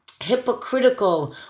hypocritical